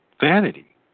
vanity